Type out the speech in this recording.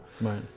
Right